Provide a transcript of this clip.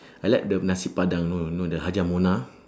I like the nasi padang you know you know the hajjah mona